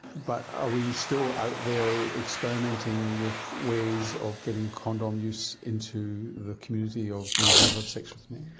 but are we still out there experimenting with ways of getting condom use into the community of men who have sex with men?